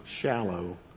shallow